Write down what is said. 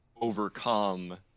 overcome